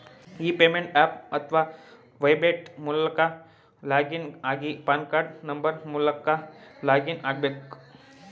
E payment app ಅತ್ವ website ಮೂಲಕ login ಆಗಿ ಪಾನ್ ಕಾರ್ಡ್ ನಂಬರ್ ಮೂಲಕ ಲಾಗಿನ್ ಆಗ್ಬೇಕು